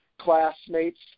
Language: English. classmates